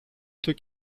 του